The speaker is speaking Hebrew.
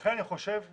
לכן אני חושב ששווה,